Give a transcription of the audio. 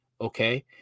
okay